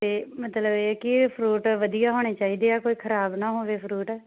ਅਤੇ ਮਤਲਬ ਇਹ ਕਿ ਫਰੂਟ ਵਧੀਆ ਹੋਣੇ ਚਾਹੀਦੇ ਆ ਕੋਈ ਖਰਾਬ ਨਾ ਹੋਵੇ ਫਰੂਟ